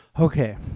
Okay